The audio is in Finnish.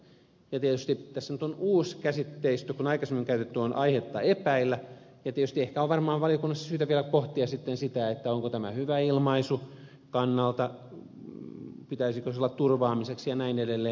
tietysti tässä nyt on uusi käsitteistö kun aikaisemmin on käytetty on aihetta epäillä ja tietysti ehkä on varmaan valiokunnassa syytä vielä pohtia sitten sitä onko tämä kannalta hyvä ilmaisu pitäisikö sen olla turvaamiseksi ja niin edelleen